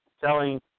selling